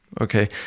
okay